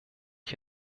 ich